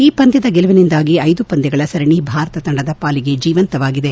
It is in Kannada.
ಈ ಪಂದ್ಯದ ಗೆಲುವಿನಿಂದಾಗಿ ಐದು ಪಂದ್ಯಗಳ ಸರಣಿ ಭಾರತ ತಂಡದ ಪಾಲಿಗೆ ಜೀವಂತವಾಗಿದೆ